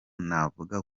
navuga